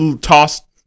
tossed